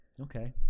Okay